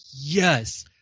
yes